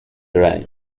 rang